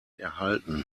erhalten